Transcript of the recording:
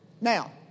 Now